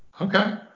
Okay